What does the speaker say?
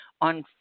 on